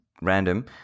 random